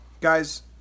Guys